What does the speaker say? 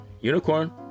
unicorn